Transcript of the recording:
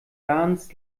ganz